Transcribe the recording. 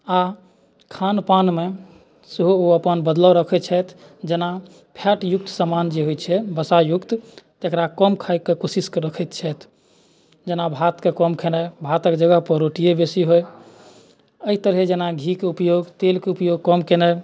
आ खानपानमे सेहो ओ अपन बदलाव रखैत छथि जेना फैट युक्त सामान जे होइत छै वसायुक्त तकरा कम खाइके कोशिश रखैत छथि जेना भातके कम खेनाइ भातक जगहपर रोटीए बेसी होइ एहि तरहे जेना घीके उपयोग तेलके उपयोग कम केनाइ